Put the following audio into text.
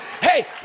Hey